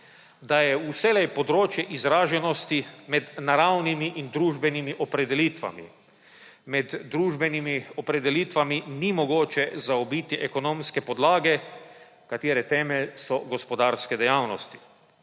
da je vselej področje izraženosti med naravnimi in družbenimi opredelitvami. Med družbenimi opredelitvami ni mogoče zaobiti ekonomske podlage, katere temelj so gospodarske dejavnosti.